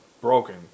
broken